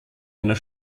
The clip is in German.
einer